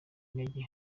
intege